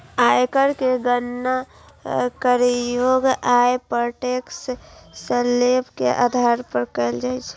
आयकर के गणना करयोग्य आय पर टैक्स स्लेब के आधार पर कैल जाइ छै